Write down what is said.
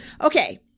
okay